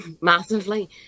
massively